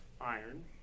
iron